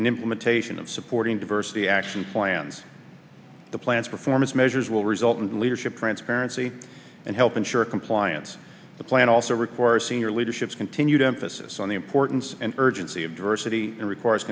implementation of supporting diversity action plans the plans performance measures will result in leadership transparency and help ensure compliance the plan also requires senior leadership continued emphasis on the importance and urgency of diversity and requires